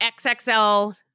XXL